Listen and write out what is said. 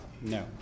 no